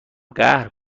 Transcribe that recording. قهر